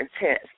intense